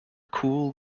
cool